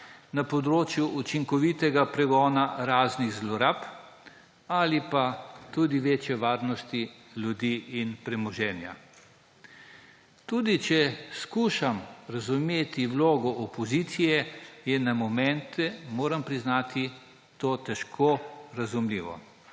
na področju učinkovitega pregona raznih zlorab ali pa tudi večje varnosti ljudi in premoženja. Tudi če skušam razumeti vlogo opozicije, je na momente, moram priznati, to težko razumljivo.